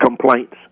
complaints